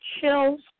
chills